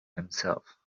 himself